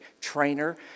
trainer